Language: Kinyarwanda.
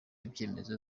icyemezo